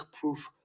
proof